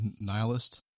nihilist